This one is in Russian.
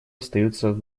остаются